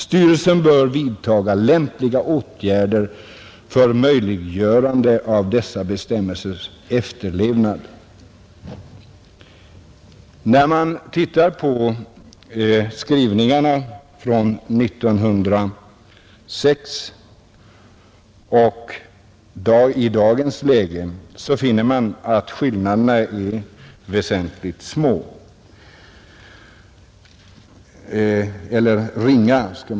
Styrelsen bör vidtaga lämpliga åtgärder för möjliggörande av dessa bestämmelsers efterlevnad.” När man ser på skrivningarna från 1906 och av i dag, finner man att skillnaderna är mycket ringa.